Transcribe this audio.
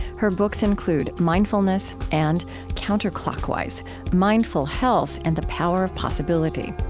her books include mindfulness and counterclockwise mindful health and the power of possibility